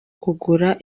kugura